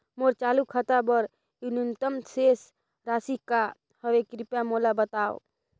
मोर चालू खाता बर न्यूनतम शेष राशि का हवे, कृपया मोला बतावव